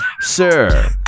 Sir